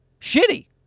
shitty